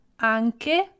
anche